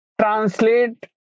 translate